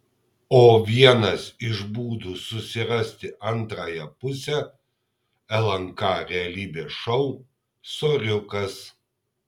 o vienas iš būdų susirasti antrąją pusę lnk realybės šou soriukas